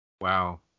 Wow